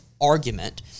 argument